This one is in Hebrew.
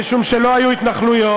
משום שלא היו התנחלויות,